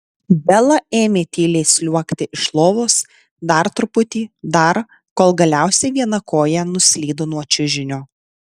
bela ėmė tyliai sliuogti iš lovos dar truputį dar kol galiausiai viena koja nuslydo nuo čiužinio